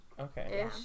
Okay